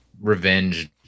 revenge